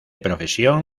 profesión